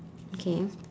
okay